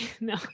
No